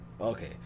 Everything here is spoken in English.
Okay